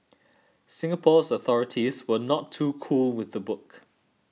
Singapore's authorities were not too cool with the book